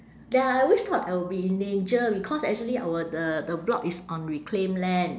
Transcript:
ya I always thought I will be in danger because actually our the the block is on reclaim land